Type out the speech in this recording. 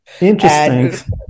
Interesting